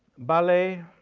ballet,